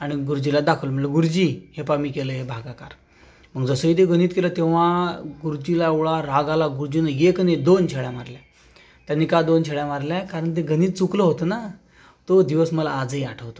आणि गुरुजीला दाखवलं म्हटलं गुरुजी हे पाहा मी केलं हे भागाकार मग जसं ते गणित केलं तेव्हा गुरुजीला एवढा राग आला गुरुजींनी एक नाही दोन छड्या मारल्या त्यांनी का दोन छड्या मारल्या कारण ते गणित चुकलं होतं ना तो दिवस मला आजही आठवतो